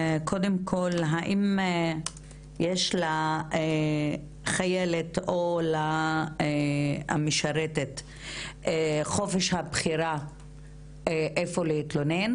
קודם כל האם יש לחיילת או למשרתת את חופש הבחירה איפה להתלונן